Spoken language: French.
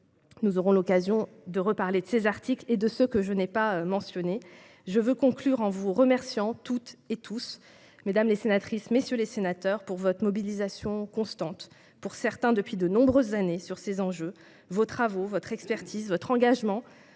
Nous aurons l'occasion de reparler de ces articles, ainsi que de ceux que je n'ai pas mentionnés. Je veux conclure en vous remerciant toutes et tous, mesdames, messieurs les sénateurs, de votre mobilisation constante- pour certains d'entre vous, depuis de nombreuses années -sur ces enjeux : vos travaux, votre expertise et votre engagement